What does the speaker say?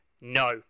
no